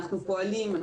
ואנחנו פועלים בעניין.